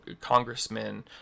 congressmen